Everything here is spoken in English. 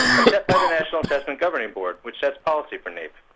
are set by the national assessment governing board, which sets policy for naep.